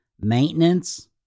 maintenance